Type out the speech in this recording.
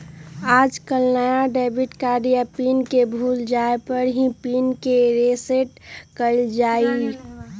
आजकल नया debit card या पिन के भूल जाये पर ही पिन के रेसेट कइल जाहई